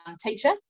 teacher